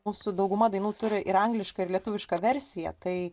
mūsų dauguma dainų turi ir anglišką ir lietuvišką versiją tai